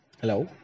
Hello